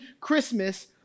Christmas